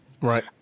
Right